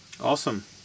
Awesome